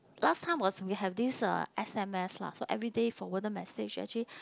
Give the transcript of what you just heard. last time was we have this uh S_M_S lah so everyday forwarded message actually